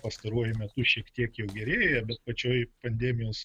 pastaruoju metu šiek tiek jau gerėja bet pačioj pandemijos